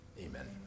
amen